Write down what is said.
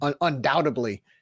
undoubtedly